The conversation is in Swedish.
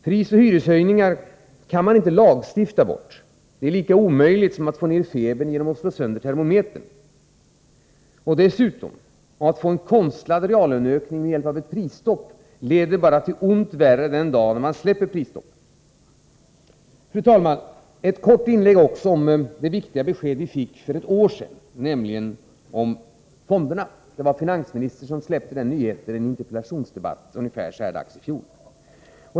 Prisoch hyreshöjningar kan man inte lagstifta bort. Det är lika omöjligt som att få ned febern genom att slå sönder termometern. Dessutom: Att få en konstlad reallöneökning med hjälp av ett prisstopp leder bara till att man gör ont värre den dag prisstoppet släpps. Fru talman! Så ett kort inlägg om det viktiga besked som vi fick för ett år sedan, nämligen om fonderna. Det var finansministern som släppte den nyheten i en interpellationsdebatt ungefär vid den här tiden i fjol.